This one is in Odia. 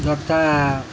ଯଥା